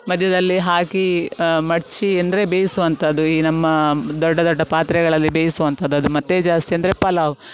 ಮಧ್ಯದಲ್ಲಿ ಹಾಕಿ ಮಡಚಿ ಅಂದರೆ ಬೇಯಿಸುವಂಥದ್ದು ಈ ನಮ್ಮ ದೊಡ್ಡ ದೊಡ್ಡ ಪಾತ್ರೆಗಳಲ್ಲಿ ಬೇಯಿಸುವಂಥದ್ದು ಅದು ಮತ್ತು ಜಾಸ್ತಿ ಅಂದರೆ ಪಲಾವ್